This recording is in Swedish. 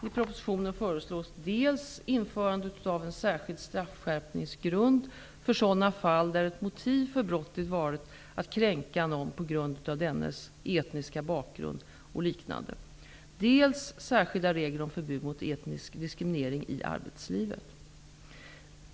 I propositionen föreslås dels införande av en särskild straffskärpningsgrund för sådana fall där ett motiv för brottet varit att kränka någon på grund av dennes etniska bakgrund och liknande, dels särskilda regler om förbud mot etnisk diskriminering i arbetslivet.